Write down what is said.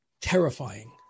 terrifying